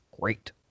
great